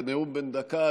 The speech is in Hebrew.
זה נאום בן דקה,